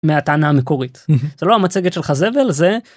מהטענה המקורית זה לא המצגת של חזבל זה.